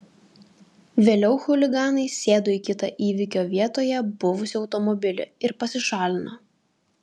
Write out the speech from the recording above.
vėliau chuliganai sėdo į kitą įvykio vietoje buvusį automobilį ir pasišalino